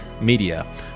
media